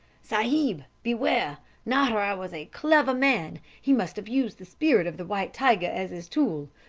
sahib! beware! nahra was a clever man. he must have used the spirit of the white tiger as his tool.